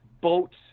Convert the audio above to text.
Boats